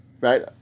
right